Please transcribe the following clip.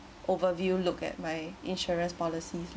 overview look at my insurance policies lah